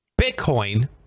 Bitcoin